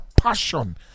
passion